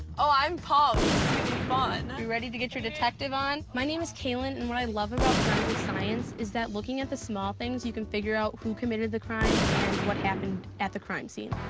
oh, i'm pumped, this is going to be fun. you ready to get your detective on? my name kaelyn and what i love about forensic science is that looking at the small things, you can figure out who committed the crime and what happened at the crime scene.